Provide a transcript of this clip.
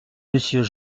monsieur